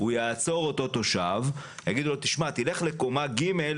יבקשו מאותו תושב שילך לקומה ג',